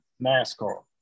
NASCAR